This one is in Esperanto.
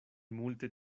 multe